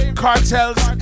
cartels